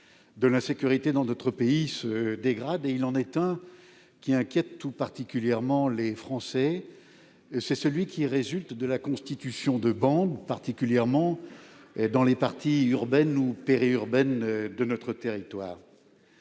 de l'insécurité dans notre pays se dégradent, et il en est un qui inquiète tout particulièrement les Français : celui qui résulte de la constitution de bandes, particulièrement dans les parties urbaines ou périurbaines de notre territoire.